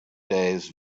days